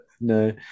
No